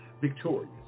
victorious